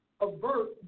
avert